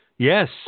Yes